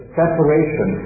separation